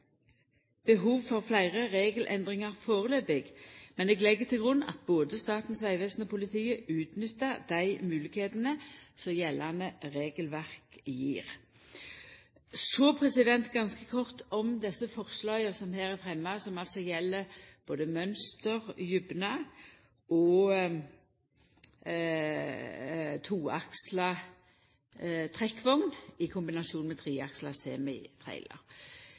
behov for fleire regelendringar førebels, men eg legg til grunn at både Statens vegvesen og politiet utnyttar dei moglegheitene som gjeldande regelverk gjev. Så ganske kort om desse forslaga som her er fremja, og som altså gjeld mønsterdjupne og toaksla trekkvogn i kombinasjon med